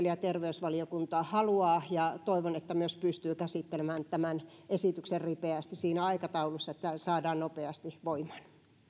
sosiaali ja terveysvaliokunta haluaa käsitellä ja toivon että myös pystyy käsittelemään tämän esityksen ripeästi siinä aikataulussa että tämä saadaan nopeasti voimaan